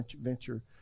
venture